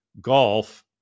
golf